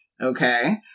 Okay